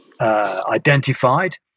identified